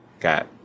got